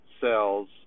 cells